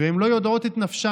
והן לא יודעות את נפשן,